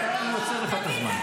בינתיים אני עוצר לך את הזמן.